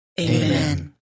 Amen